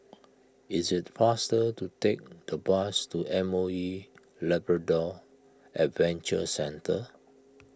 is it faster to take the bus to M O E Labrador Adventure Centre